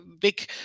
big